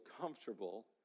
comfortable